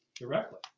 directly